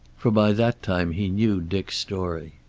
for by that time he knew dick's story.